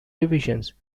divisions